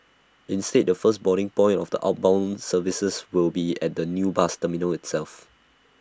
instead the first boarding point of the outbound services will be at the new bus terminal itself